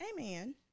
Amen